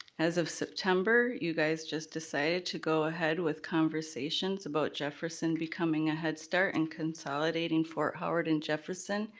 as of september, you guys just decided to go ahead with conversations about jefferson becoming a head start and consolidating fort howard and jefferson,